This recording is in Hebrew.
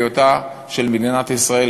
בהיותה של מדינת ישראל,